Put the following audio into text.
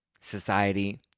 society